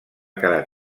quedar